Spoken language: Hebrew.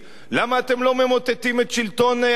למה אתם לא ממוטטים את שלטון ה"חמאס"?